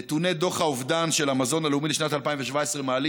נתוני דוח האובדן של המזון הלאומי לשנת 2017 מעלים